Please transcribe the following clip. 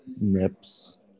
nips